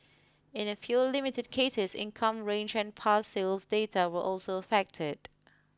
in a few limited cases income range and past sales data were also affected